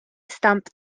stamp